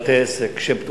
בתי-עסק שהם פתוחים.